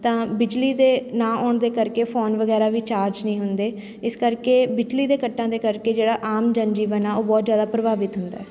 ਤਾਂ ਬਿਜਲੀ ਦੇ ਨਾ ਆਉਣ ਦੇ ਕਰਕੇ ਫੋਨ ਵਗੈਰਾ ਵੀ ਚਾਰਜ ਨਹੀਂ ਹੁੰਦੇ ਇਸ ਕਰਕੇ ਬਿਜਲੀ ਦੇ ਕੱਟਾਂ ਦੇ ਕਰਕੇ ਜਿਹੜਾ ਆਮ ਜਨਜੀਵਨ ਆ ਉਹ ਬਹੁਤ ਜ਼ਿਆਦਾ ਪ੍ਰਭਾਵਿਤ ਹੁੰਦਾ ਹੈ